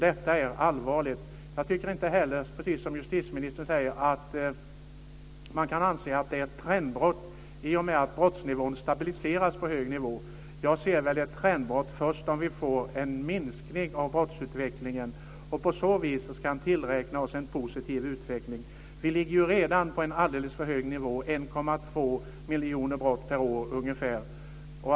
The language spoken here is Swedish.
Detta är allvarligt. Jag tycker inte heller att man kan anse att det är ett trendbrott, som justitieministern säger, i och med att brottsnivån stabiliseras på en hög nivå. Jag ser ett trendbrott först om vi får en minskning av brottsutvecklingen och på så vis kan tillräkna oss en positiv utveckling. Vi ligger ju redan på en alldeles för hög nivå, ungefär 1,2 miljoner brott per år.